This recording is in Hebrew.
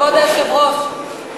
כבוד היושב-ראש,